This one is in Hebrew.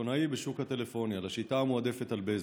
הסיטונאי בשוק הטלפוניה לשיטה המועדפת על בזק,